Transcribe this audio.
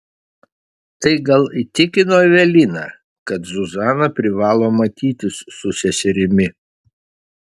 tai gal įtikino eveliną kad zuzana privalo matytis su seserimi